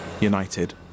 United